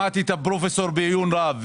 שמעתי את הפרופ' בעיון רב.